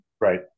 Right